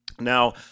Now